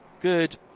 good